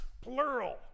plural